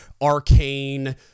arcane